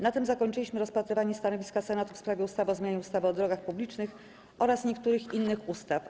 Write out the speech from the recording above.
Na tym zakończyliśmy rozpatrywanie stanowiska Senatu w sprawie ustawy o zmianie ustawy o drogach publicznych oraz niektórych innych ustaw.